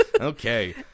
Okay